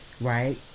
right